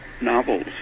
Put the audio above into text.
novels